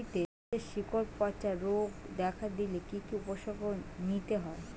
ফুলকপিতে শিকড় পচা রোগ দেখা দিলে কি কি উপসর্গ নিতে হয়?